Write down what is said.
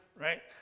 right